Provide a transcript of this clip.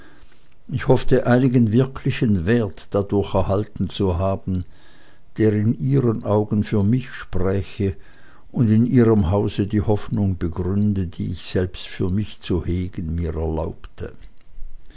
ich hoffte einigen wirklichen wert dadurch erhalten zu haben der in ihren augen für mich spräche und in ihrem hause die hoffnung begründe die ich selbst für mich zu hegen mir erlaubte